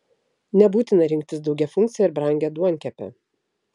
nebūtina rinktis daugiafunkcę ir brangią duonkepę